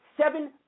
Seven